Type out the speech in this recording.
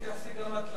תתייחסי גם את לנושא,